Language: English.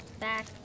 Back